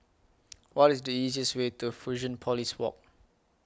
What IS The easiest Way to Fusionopolis Walk